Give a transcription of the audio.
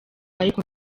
ariko